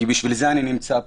בשביל זה אני נמצא פה.